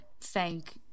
thank